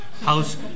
house